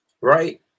right